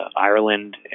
Ireland